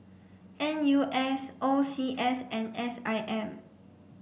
N U S O C S and S I M